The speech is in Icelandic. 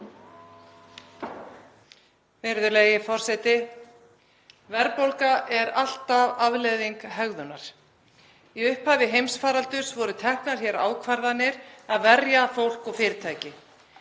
Virðulegi forseti. Verðbólga er alltaf afleiðing hegðunar. Í upphafi heimsfaraldurs voru teknar hér ákvarðanir um að verja fólk og fyrirtæki.